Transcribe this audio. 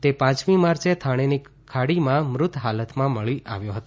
તે પાંચમી માર્ચે થાણેની ખાડીમાં મૃત હાલતમાં મળી આવ્યો હતો